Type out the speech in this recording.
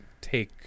take